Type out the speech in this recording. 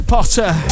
Potter